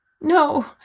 No